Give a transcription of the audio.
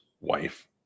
wife